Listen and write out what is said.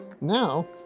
Now